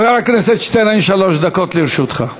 חבר הכנסת שטרן, שלוש דקות לרשותך.